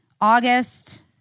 August